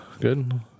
Good